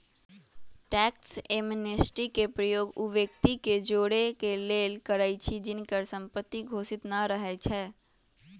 tax amnesty के प्रयोग उ व्यक्ति के जोरेके लेल करइछि जिनकर संपत्ति घोषित न रहै छइ